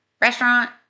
restaurant